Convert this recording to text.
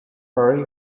hurry